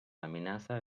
amenaça